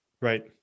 Right